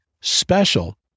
special